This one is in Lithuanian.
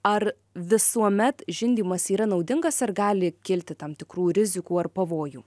ar visuomet žindymas yra naudingas ar gali kilti tam tikrų rizikų ar pavojų